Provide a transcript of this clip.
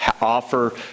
offer